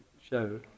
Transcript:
show